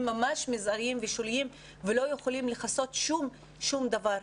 ממש מזעריים ושוליים ולא יכולים לכסות שום דבר.